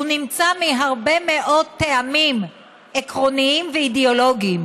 הוא נמצא מהרבה מאוד טעמים עקרוניים ואידיאולוגיים,